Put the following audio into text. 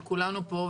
של כולנו פה,